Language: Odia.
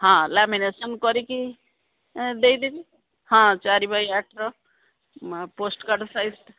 ହଁ ଲାମିନେସନ୍ କରିକି ଦେଇଦେବି ହଁ ଚାରି ବାଇ ଆଠର ପୋଷ୍ଟକାର୍ଡ଼ ସାଇଜ